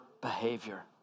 behavior